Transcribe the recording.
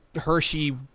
Hershey